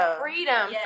freedom